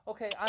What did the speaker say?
Okay